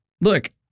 look